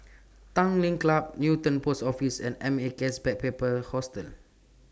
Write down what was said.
Tanglin Club Newton Post Office and M A K S Backpackers Hostel